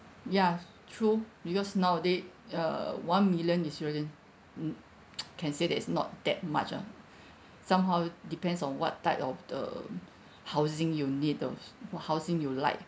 ya true because nowaday uh one million is really mm can say that it's not that much ah somehow depends on what type of the housing you'll need though or housing you like